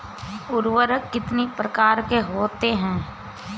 उर्वरक कितनी प्रकार के होते हैं?